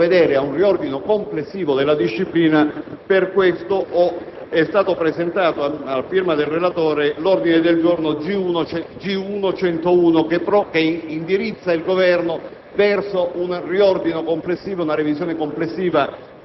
della disciplina finanziaria in Italia: è necessario e utile provvedere ad un riordino complessivo della normativa. Per questo è stato presentato a firma del relatore l'ordine del giorno G1.101 che indirizza il Governo